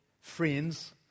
friends